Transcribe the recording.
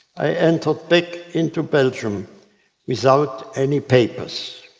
i entered back into belgium without any papers.